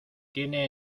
tiene